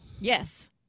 Yes